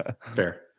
Fair